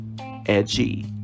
edgy